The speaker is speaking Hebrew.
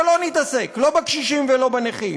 אבל לא נתעסק, לא בקשישים ולא בנכים,